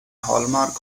hallmark